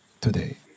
today